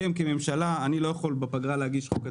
אני לא יכול בפגרה להגיש הצעת חוק.